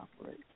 operate